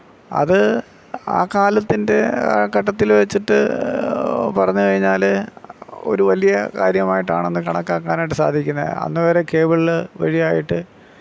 അത് ആ കാലത്തിൻ്റെ ഘട്ടത്തിൽ വച്ചിട്ട് പറഞ്ഞു കഴിഞ്ഞാൽ ഒരു വലിയ കാര്യമായിട്ടാണന്ന് കണക്കാക്കാനായിട്ട് സാധിക്കുന്നത് അന്ന് വരെ കേബിള് വഴിയായിട്ട്